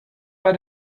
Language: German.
bei